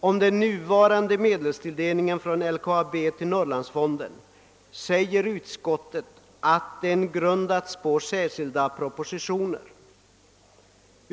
Om den nuvarande medelstilldelningen från LKAB till Norrlandsfonden säger utskottet, att den grundats på särskilda propositioner.